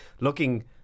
looking